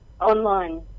online